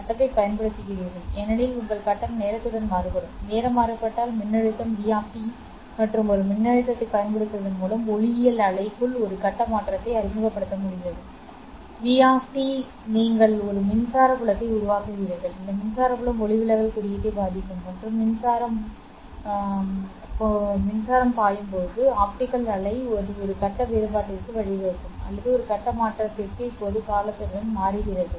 கட்டத்தைப் பயன்படுத்துகிறீர்கள் ஏனெனில் உங்கள் கட்டம் நேரத்துடன் மாறுபடும் நேரம் மாறுபடும் மின்னழுத்தம் v மற்றும் ஒரு மின்னழுத்தத்தை பயன்படுத்துவதன் மூலம் ஒளியியல் அலைக்குள் ஒரு கட்ட மாற்றத்தை அறிமுகப்படுத்த முடிந்தது v நீங்கள் ஒரு மின்சார புலத்தை உருவாக்குகிறீர்கள் இந்த மின்சார புலம் ஒளிவிலகல் குறியீட்டை பாதிக்கும் மற்றும் மின்சாரம் போது ஆப்டிகல் அலை இது ஒரு கட்ட வேறுபாட்டிற்கு வழிவகுக்கும் அல்லது ஒரு கட்ட மாற்றத்திற்கு இப்போது காலத்துடன் மாறுகிறது